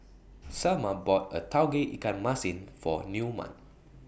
Selma bought A Tauge Ikan Masin For Newman